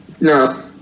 No